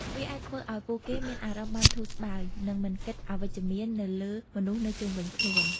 វាអាចធ្វើអោយពួកគេមានអារម្មណ៍បានធូរស្បើយ និងមិនគិតអវិជ្ជមានទៅលើមនុស្សនៅជុំវិញខ្លួន។